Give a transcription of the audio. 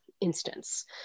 instance